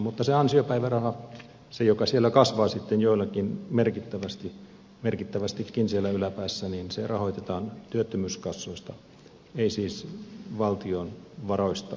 mutta se ansiopäiväraha se joka kasvaa joillakin merkittävästikin siellä yläpäässä rahoitetaan työttömyyskassoista ei siis valtion varoista